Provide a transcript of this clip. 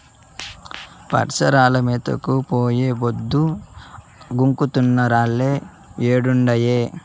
పసరాలు మేతకు పోయి పొద్దు గుంకుతున్నా రాలే ఏడుండాయో